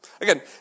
Again